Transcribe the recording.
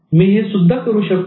मी हे सुद्धा करू शकतो